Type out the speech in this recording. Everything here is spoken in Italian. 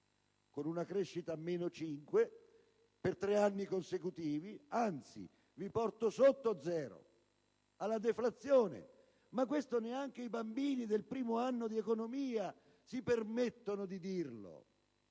con una crescita a meno cinque per tre anni consecutivi; anzi, di portarvi sotto zero, alla deflazione. Ma questo neanche gli studenti del primo anno di economia si permettono di dirlo!